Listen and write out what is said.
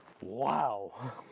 Wow